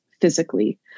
physically